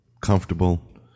comfortable